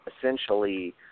essentially